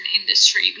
industry